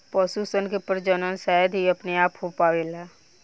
पशु सन के प्रजनन शायद ही अपने आप हो पावेला